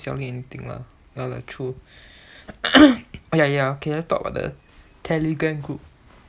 ya she's not selling anything lah ya like true oh ya ya okay let's talk about the telegram group